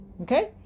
okay